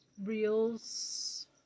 Reels